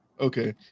Okay